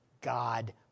God